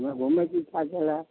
हुआँ घुमैके इच्छा छलै